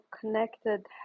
connected